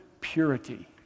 purity